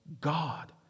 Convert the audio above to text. God